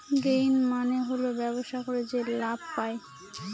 gain মানে হল ব্যবসা করে যে লাভ পায়